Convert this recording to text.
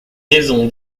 raison